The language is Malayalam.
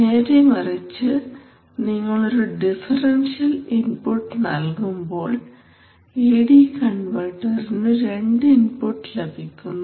നേരെമറിച്ച് നിങ്ങളൊരു ഡിഫറൻഷ്യൽ ഇൻപുട്ട് നൽകുമ്പോൾ എഡി കൺവെർട്ടറിനു രണ്ട് ഇൻപുട്ട് ലഭിക്കുന്നു